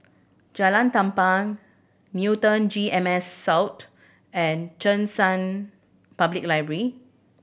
Jalan Tampang Newton G M S South and Cheng San Public Library